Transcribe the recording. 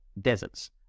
deserts